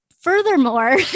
furthermore